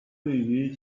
对于